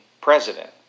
president